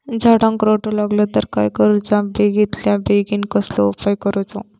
झाडाक रोटो लागलो तर काय करुचा बेगितल्या बेगीन कसलो उपाय करूचो?